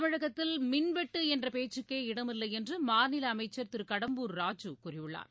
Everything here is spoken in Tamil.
தமிழகத்தில் மின்வெட்டு என்ற பேச்சுக்கே இடமில்லை என்று மாநில அமைச்சர் திரு கடம்பூர் ராஜு கூறியுள்ளார்